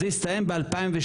זה הסתיים ב-2017.